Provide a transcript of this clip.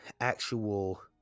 actual